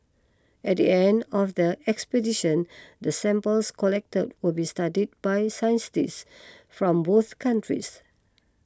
at the end of the expedition the samples collected will be studied by scientists from both countries